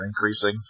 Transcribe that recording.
increasing